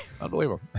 Unbelievable